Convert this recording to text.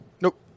Nope